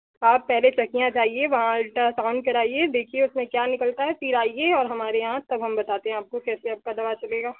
आप पहले चकिया जाइए वहाँ अल्ट्रासाउंड कराइए देखिए उसमें क्या निकलता है फिर आइए और हमारे यहाँ तब हम बताते हैं आपको कैसे आपका दवा चलेगा